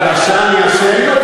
על השעה אני אשם?